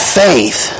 faith